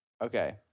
okay